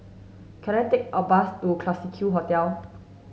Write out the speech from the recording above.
can I take a bus to Classique Hotel